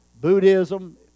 Buddhism